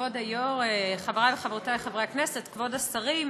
כבוד היו"ר, חברי וחברותי חברי הכנסת, כבוד השרים,